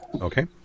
okay